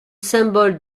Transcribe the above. symbole